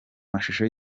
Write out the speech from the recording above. amashusho